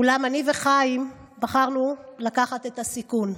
אולם אני וחיים בחרנו לקחת את הסיכון,